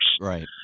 Right